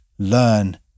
learn